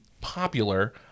popular